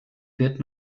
wird